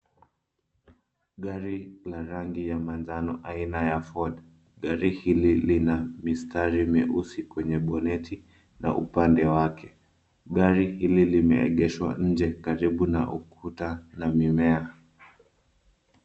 Gari la rangi ya manjano aina ya Ford, gari hili lina mistari mieusi kwenye boneti na upande wake gari hili limegeshwa nje karibu na ukuta na mimea.